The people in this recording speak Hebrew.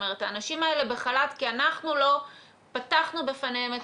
האנשים האלה בחל"ת כי אנחנו לא פתחנו בפניהם את